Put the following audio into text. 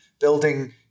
building